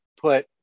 put